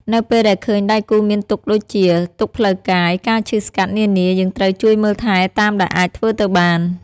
នៅពេលដែលឃើញដៃគូរមានទុក្ខដូចជា ទុក្ខផ្លូវកាយ ការឈឺស្កាត់នានាយើងត្រូវជួយមើលថែតាមដែលអាចធ្វើទៅបាន។